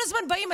כל הזמן באים,